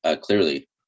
clearly